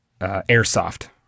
airsoft